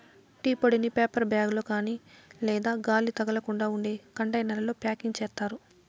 tea పొడిని paper bag లో కాని లేదా గాలి తగలకుండా ఉండే కంటైనర్లలో ప్యాకింగ్ చేత్తారు